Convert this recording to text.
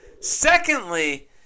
Secondly